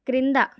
క్రింద